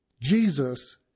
Jesus